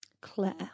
Claire